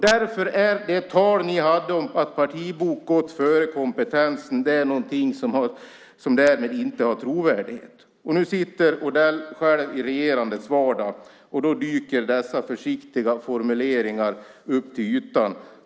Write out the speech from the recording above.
Därför är det tal som ni hade om att partibok har gått före kompetens inte trovärdigt. Nu sitter Odell själv i regerandets vardag, och då flyter dessa försiktiga formuleringar upp till ytan.